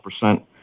percent